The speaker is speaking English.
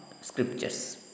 scriptures